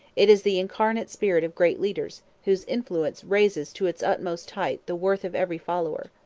it is the incarnate spirit of great leaders, whose influence raises to its utmost height the worth of every follower.